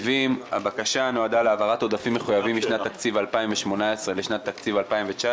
הבקשה נועדה להעברת עודפים מחויבים משנת התקציב 2018 לשנת התקציב 2019,